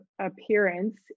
appearance